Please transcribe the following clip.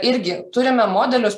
irgi turime modelius